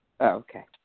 Okay